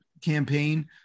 campaign